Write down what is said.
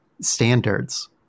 standards